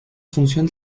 función